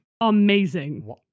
Amazing